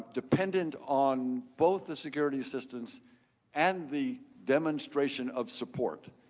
dependent on both the security assistance and the demonstration of support.